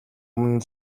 өмнө